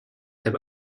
there